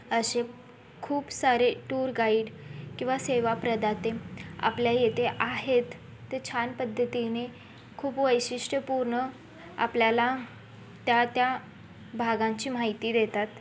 असे खूप सारे टूर गाईड किंवा सेवाप्रदाते आपल्या येथे आहेत ते छान पद्धतीने खूप वैशिष्ट्यपूर्ण आपल्याला त्या त्या भागांची माहिती देतात